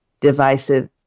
divisive